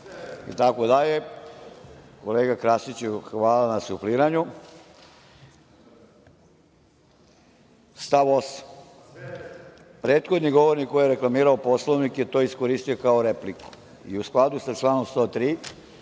itd. Kolega Krasiću, hvala na sufliranju. Stav 8. Prethodni govornik koji je reklamirao Poslovnik je to iskoristio kao repliku, i u skladu sa članom 103,